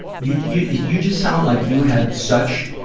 you, you, you just sound like you have such,